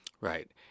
Right